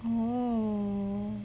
oh